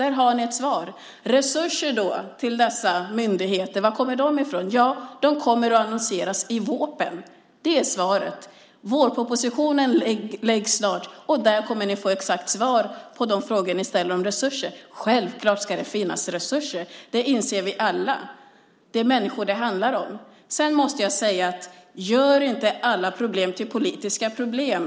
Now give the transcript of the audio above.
Varifrån kommer då resurser till dessa myndigheter? Det kommer att annonseras i vårpropositionen. Det är svaret. Vårpropositionen läggs snart fram. Där kommer ni att få exakta svar på de frågor som ni ställer om resurser. Självfallet ska det finnas resurser. Det inser vi alla. Det är människor det handlar om. Gör inte alla problem till politiska problem!